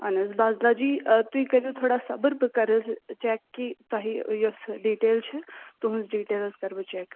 اَہَن حظ بازلا جی تُہۍ کٔرۍزیٚو تھوڑا صبر بہٕ کَرٕ حظ چیٚک کہِ تۄہہِ یۅس ڈِٹیل چھِ تُہٕنٛز ڈِٹیل حظ کَرٕ بہٕ چیٚک